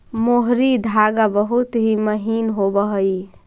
मोहरी धागा बहुत ही महीन होवऽ हई